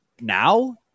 Now